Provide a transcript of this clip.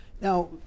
Now